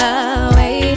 away